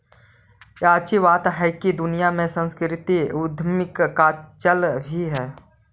याची बात हैकी दुनिया में सांस्कृतिक उद्यमीता का चल भी है